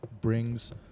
brings